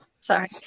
Sorry